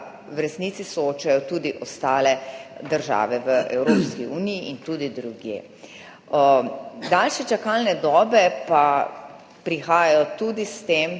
v resnici soočajo tudi ostale države v Evropski uniji in tudi drugje. Daljše čakalne dobe pa prihajajo tudi s tem